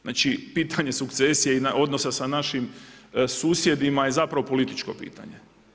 Znači pitanje sukcesije i odnosa sa našim susjedima je zapravo političko pitanje.